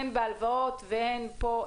הן בהלוואות והן פה,